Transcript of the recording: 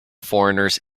foreigners